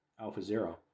AlphaZero